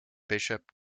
bishop